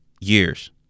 years